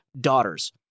daughters